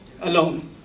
alone